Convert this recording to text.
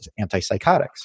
antipsychotics